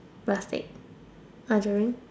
plastic archery